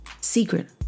secret